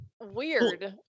weird